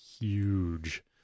huge